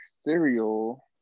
cereal